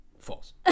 False